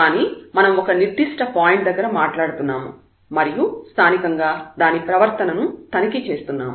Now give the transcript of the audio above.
కానీ మనం ఒక నిర్దిష్ట పాయింట్ దగ్గర మాట్లాడుతున్నాము మరియు స్థానికంగా దాని ప్రవర్తనను తనిఖీ చేస్తున్నాము